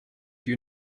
you